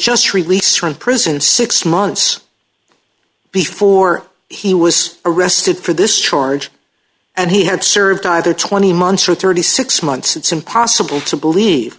just released from prison six months before he was arrested for this charge and he had served either twenty months or thirty six months it's impossible to believe